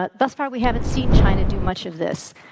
but thus far we haven't seen china do much of this.